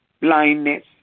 blindness